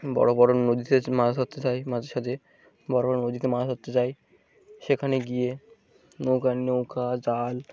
বড় বড় নদীতে মাছ ধত্তে যায় মাঝে সাথে বড় বড় নদীতে মাছ ধত্তে যায় সেখানে গিয়ে নৌক নৌকা জাল